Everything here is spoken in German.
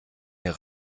mir